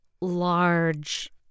large